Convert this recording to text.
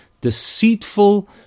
deceitful